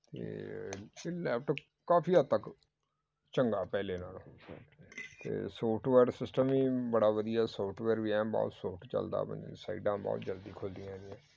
ਅਤੇ ਇਹ ਲੈਪਟੋਪ ਕਾਫੀ ਹੱਦ ਤੱਕ ਚੰਗਾ ਪਹਿਲੇ ਨਾਲੋਂ ਤਾਂ ਸੌਫਟਵੇਅਰ ਸਿਸਟਮ ਵੀ ਬੜਾ ਵਧੀਆ ਸੌਫਟਵੇਅਰ ਵੀ ਐਨ ਬਹੁਤ ਸੌਫਟ ਚਲਦਾ ਸਾਈਡਾਂ ਬਹੁਤ ਜਲਦੀ ਖੁੱਲ੍ਹਦੀਆਂ ਇਹਦੀਆਂ